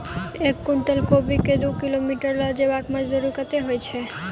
एक कुनटल कोबी केँ दु किलोमीटर लऽ जेबाक मजदूरी कत्ते होइ छै?